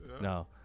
No